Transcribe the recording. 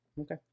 Okay